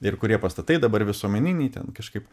ir kurie pastatai dabar visuomeniniai ten kažkaip